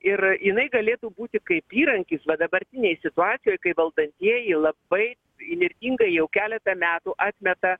ir jinai galėtų būti kaip įrankis va dabartinėj situacijoj kai valdantieji labai įnirtingai jau keletą metų atmeta